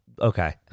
okay